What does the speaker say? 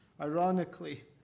Ironically